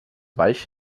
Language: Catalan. baix